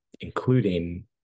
including